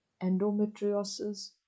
Endometriosis